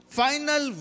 final